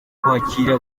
kwakira